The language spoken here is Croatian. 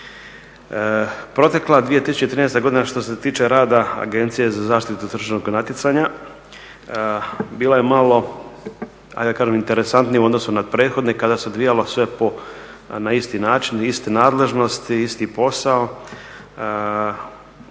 Protekla 2013. godina što se tiče rada Agencije za zaštitu tržišnog natjecanja bila je malo ajde da kažem interesantnija u odnosu na prethodne kada se odvijalo sve na isti način, iste nadležnosti, isti posao.